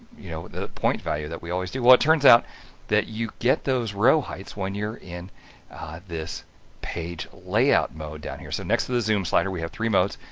you know, the point value that we always do. well, it turns out that you get those row heights when you're in this page layout mode down here. so next to the zoom slider we have three modes,